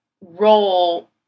role